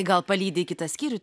gal palydi į kitą skyrių